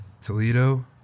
toledo